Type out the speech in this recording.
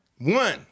One